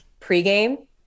pregame